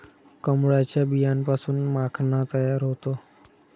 कमळाच्या बियांपासून माखणा तयार होतो